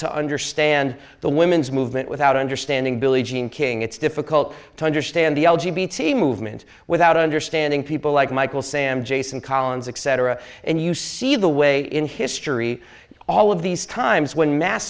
to understand the women's movement without understanding billie jean king it's difficult to understand the movement without understanding people like michael sam jason collins except for a and you see the way in history all of these times when mass